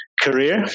career